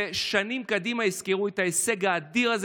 ושנים קדימה יזכירו את ההישג האדיר הזה,